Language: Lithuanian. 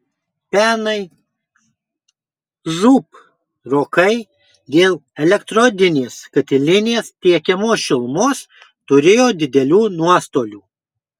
pernai žūb rokai dėl elektrodinės katilinės tiekiamos šilumos turėjo didelių nuostolių